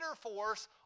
force